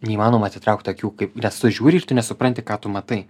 neįmanoma atitraukt akių kaip nes tu žiūri ir tu nesupranti ką tu matai